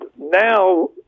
now